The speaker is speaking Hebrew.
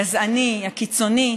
הגזעני, הקיצוני,